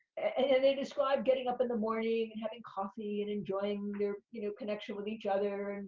and and they described getting up in the morning, and having coffee and enjoying their you know connection with each other,